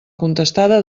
contestada